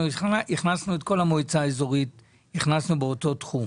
אנחנו הכנסנו את כל המועצה האזורית לאותו תחום.